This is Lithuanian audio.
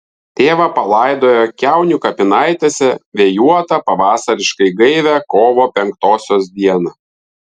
tėvą palaidojo kiaunių kapinaitėse vėjuotą pavasariškai gaivią kovo penktosios dieną